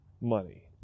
money